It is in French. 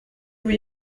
vous